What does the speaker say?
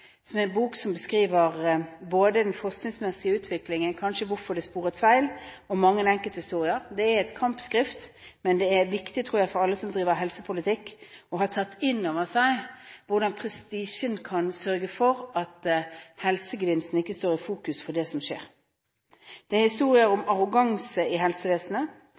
er en bok som beskriver den forskningsmessige utviklingen, kanskje hvorfor det sporet av feil, og med mange enkelthistorier. Det er et kampskrift, men det er viktig, tror jeg, for alle som driver med helsepolitikk, å ta inn over seg hvordan prestisjen kan sørge for at helsegevinsten ikke står i fokus. Det er historier om arroganse i helsevesenet,